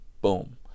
Boom